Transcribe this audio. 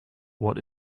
what